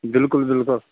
بِلکُل بِلکُل